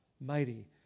Mighty